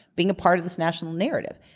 being a part of this national narrative.